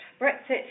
Brexit